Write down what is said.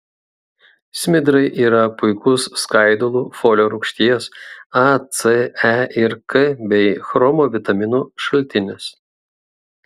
smidrai yra puikus skaidulų folio rūgšties a c e ir k bei chromo vitaminų šaltinis